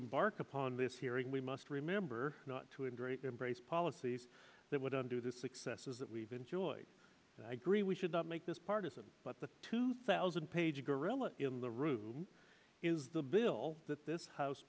embark upon this hearing we must remember not to integrate embrace policies that would under the successes that we've enjoyed agree we should not make this partisan but the two thousand page gorilla in the room is the bill that this house